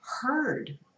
heard